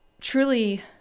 truly